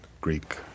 Greek